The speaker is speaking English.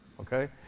Okay